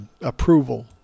approval